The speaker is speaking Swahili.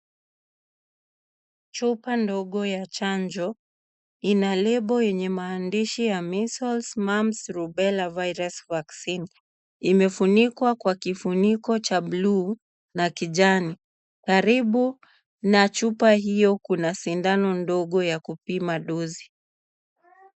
Chupa ndogo ya chanjo ina lebo yenye maandishi ya [c]measles , mumps na rubella virus vaccine [c]. Imefunikwa kwa kifuniko cha buluu na kijani . Karibu na chupa hiyo kuna sindano ndogo ya kupima [c]dozi[c].